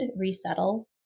resettle